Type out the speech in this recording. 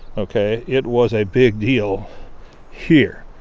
ok? it was a big deal here.